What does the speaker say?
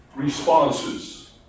responses